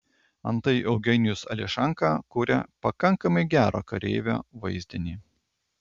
antai eugenijus ališanka kuria pakankamai gero kareivio vaizdinį